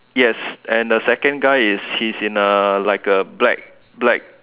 yes and the second guy is he is in like a black black